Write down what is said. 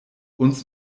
uns